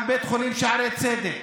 גם בית חולים שערי צדק,